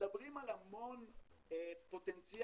מדברים על המון פוטנציאל,